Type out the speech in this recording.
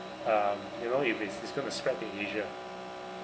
uh you know if it's it's going to spread to asia